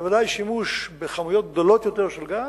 בוודאי שימוש בכמויות גדולות יותר של גז,